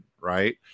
right